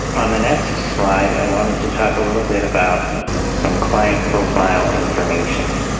on the next slide, i wanted to talk a little bit about some client profile information.